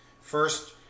First